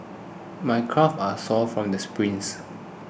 my calves are sore from the sprints